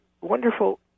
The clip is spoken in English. wonderful